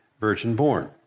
virgin-born